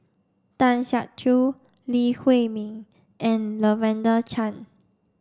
Tan Siak Kew Lee Huei Min and Lavender Chang